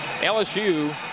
LSU